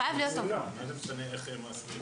מה זה משנה איך מעסיקים אותו?